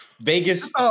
Vegas